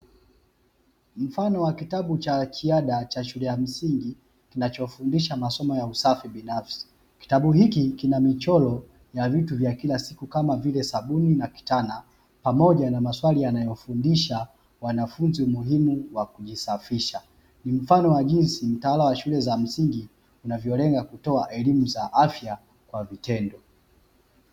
Mfano wa kitabu cha kiada cha shule ya msingi kinachofundisha Masomo ya usafi binafsi kitabu hiki kina michoro ya vitu vya kila siku kama vile sabuni na kitana, pamoja na maswali yanayofundisha wanafunzi muhimu wa kujisafisha ni mfano wa jinsi mtaala wa shule za msingi inavyolenga kutoa elimu za afya kwa vitendo.